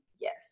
Yes